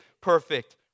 perfect